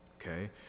Okay